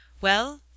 Well